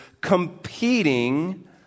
competing